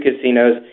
casinos